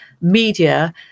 Media